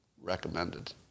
recommended